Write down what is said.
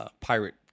pirate